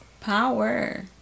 Power